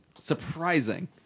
surprising